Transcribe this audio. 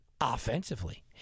Offensively